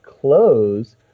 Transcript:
close